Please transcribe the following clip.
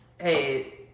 Hey